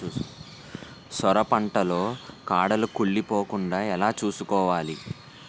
సొర పంట లో కాడలు కుళ్ళి పోకుండా ఎలా చూసుకోవాలి?